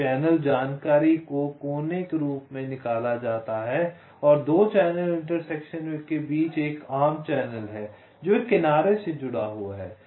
channel जानकारी को कोने के रूप में निकाला जाता है और 2 चैनल इंटरसेक्शन के बीच एक आम चैनल है जो एक किनारे से जुड़ा हुआ है